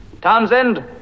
Townsend